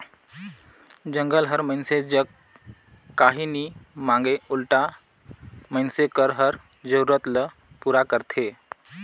जंगल हर मइनसे जग काही नी मांगे उल्टा मइनसे कर हर जरूरत ल पूरा करथे